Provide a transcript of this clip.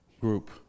group